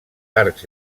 arcs